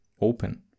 open